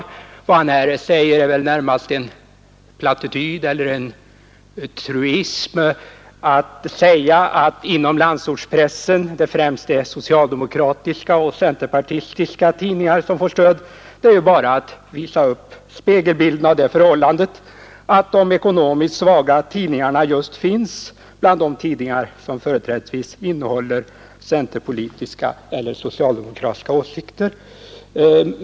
Vad han här säger är väl närmast en plattityd. Det är en truism att påstå att det inom landsortspressen främst är socialdemokratiska och centerpartistiska tidningar som får presstöd. Det är bara att visa upp en spegelbild av det förhållandet, att de ekonomiskt svaga tidningarna finns just bland de tidningar som företrädesvis innehåller centerpartistiska eller socialdemokratiska åsikter.